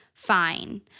Fine